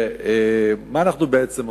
מה אנחנו בעצם עושים?